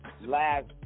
last